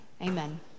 Amen